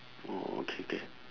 oh K K